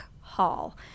Hall